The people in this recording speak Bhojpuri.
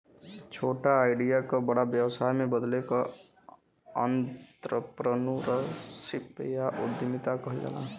छोटा आईडिया क बड़ा व्यवसाय में बदले क आंत्रप्रनूरशिप या उद्दमिता कहल जाला